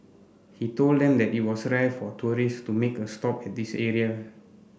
he told them that it was rare for tourist to make a stop at this area